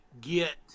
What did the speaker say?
get